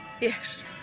Yes